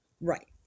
Right